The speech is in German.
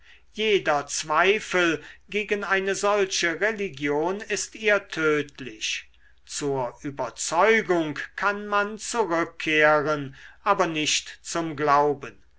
jeder zweifel gegen eine solche religion ist ihr tödlich zur überzeugung kann man zurückkehren aber nicht zum glauben